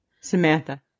Samantha